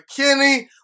McKinney